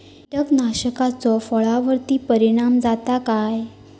कीटकनाशकाचो फळावर्ती परिणाम जाता काय?